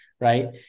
Right